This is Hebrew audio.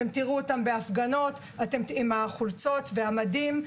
אתם תראו אותם בהפגנות עם החולצות והמדים.